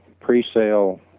pre-sale